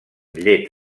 llet